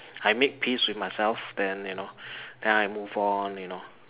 I made peace with myself then you know then I moved on you know